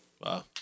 Wow